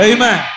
Amen